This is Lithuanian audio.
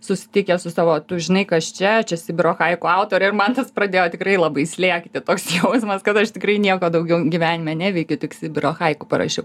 susitikę su savo tu žinai kas čia čia sibiro haiku autorė ir man tas pradėjo tikrai labai slėgti toks jausmas kad aš tikrai nieko daugiau gyvenime neveikiu tik sibiro haiku parašiau